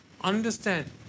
Understand